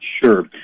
sure